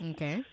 Okay